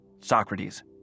Socrates